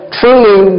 truly